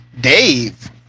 Dave